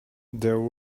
there